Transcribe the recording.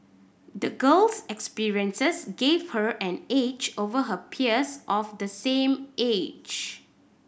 the girl's experiences gave her an edge over her peers of the same age